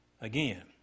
again